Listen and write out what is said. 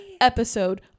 episode